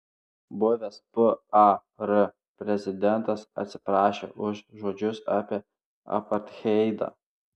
buvęs par prezidentas atsiprašė už žodžius apie apartheidą